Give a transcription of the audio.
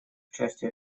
участие